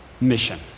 mission